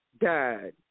died